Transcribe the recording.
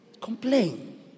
complain